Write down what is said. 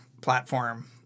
platform